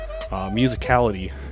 Musicality